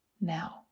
now